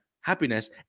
happiness